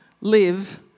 live